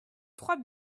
trois